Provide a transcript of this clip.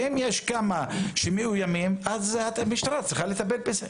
ואם יש כמה שמאוימים, אז המשטרה צריכה לטפל בזה.